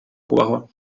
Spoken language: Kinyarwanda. kubaho